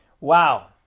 Wow